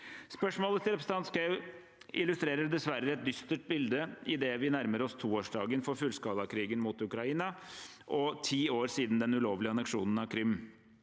Spørsmålet til representanten Schou illustrerer dessverre et dystert bilde idet vi nærmer oss toårsdagen for fullskalakrigen mot Ukraina og ti år siden den ulovlige anneksjonen av Krim,